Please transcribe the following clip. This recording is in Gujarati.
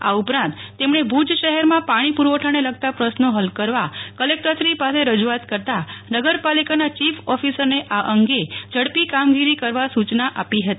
આ ઉપરાંત તેમણે ભુજ શહેરમાં પાણી પુરવઠાને લગતા પ્રશ્નો ફલ કરવા કલેકટરશ્રી પાસે રજુઆત કરતા નગરપાલિકાના ચીફ ઓફિસરને આ અંગે ઝડપી કામગીરી કરવા સૂચના આપી હતી